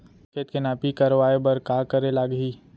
खेत के नापी करवाये बर का करे लागही?